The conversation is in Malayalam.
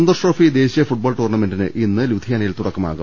സന്തോഷ്ട്രോഫി ദേശീയ ഫുട്ബോൾ ടൂർണ്ണമെന്റിന് ഇന്ന് ലുധി യാനയിൽ തുടക്കമാവും